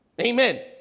Amen